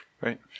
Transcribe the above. right